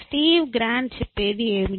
Steve Grand చెప్పేది ఏమిటి